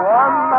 one